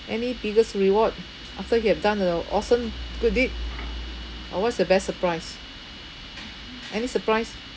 any biggest reward after you have done a awesome good deed or what's the best surprise any surprise